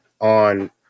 on